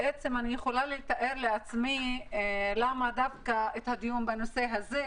בעצם, אני יכולה לתאר לעצמי למה הדיון בנושא הזה,